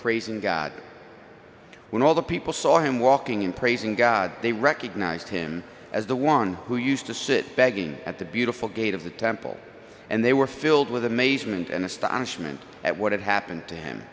praising god when all the people saw him walking in praising god they recognized him as the one who used to sit begging at the beautiful gate of the temple and they were filled with amazement and astonishment at what had happened to him